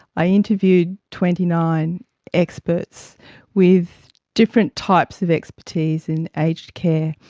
i interviewed twenty nine experts with different types of expertise in aged care.